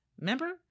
remember